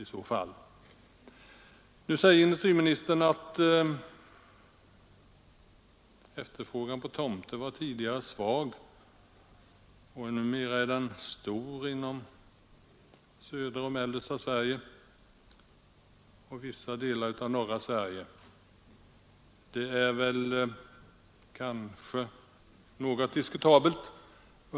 Industriministern pekar på att efterfrågan på tomter tidigare var svag men numera är stor inom södra och mellersta Sverige och vissa delar av norra Sverige. Det är kanske något diskutabelt.